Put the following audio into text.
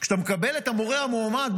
כשאתה מקבל את המורה המועמד,